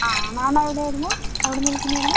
ആ മാം എവിടെയായിരുന്നു എവിടുന്ന് വിളിക്കുന്നതായിരുന്നു